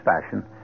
fashion